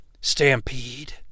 Stampede